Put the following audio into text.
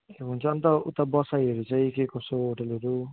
हुन्छ अन्त उता बसाईहरू चाहिँ के कसो होटेलहरू